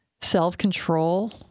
self-control